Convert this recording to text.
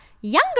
younger